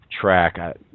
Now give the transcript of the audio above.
track